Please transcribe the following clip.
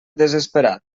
desesperat